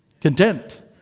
Content